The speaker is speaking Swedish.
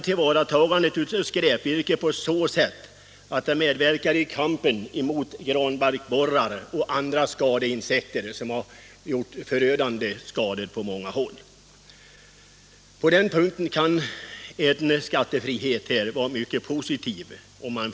Tillvaratagandet av skräpvirke medverkar i kampen mot granbarkborrar och andra skadeinsekter, som åstadkommit förödande skador på många håll. På den punkten skulle skattefriheten få en mycket positiv effekt.